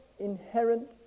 inherent